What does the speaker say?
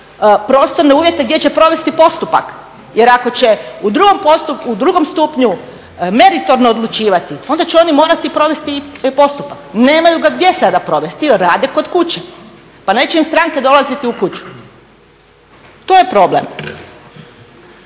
prostorne uvjete gdje će provesti postupak jer ako će u drugom stupnju meritorno odlučivati, onda će oni morati provesti postupak. Nemaju ga gdje sada provesti jer rade kod kuće. Pa neće im stranke dolaziti u kuću. To je problem.